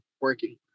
working